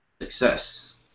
success